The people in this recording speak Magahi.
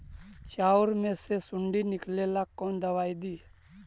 चाउर में से सुंडी निकले ला कौन दवाई दी?